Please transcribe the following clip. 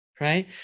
right